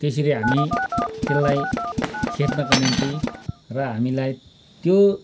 त्यसरी हामी त्यसलाई खेद्नको निम्ति र हामीलाई त्यो